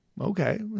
Okay